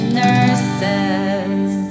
nurses